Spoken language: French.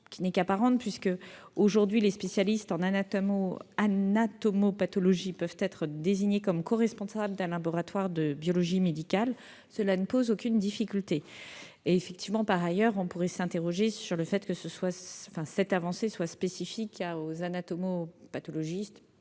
qui n'est qu'apparente, puisque, aujourd'hui, les spécialistes en anatomopathologie peuvent être désignés comme coresponsables d'un laboratoire de biologie médicale. Cela ne pose aucune difficulté. Enfin, on peut s'interroger sur le fait que cette avancée soit réservée aux anatomopathologistes,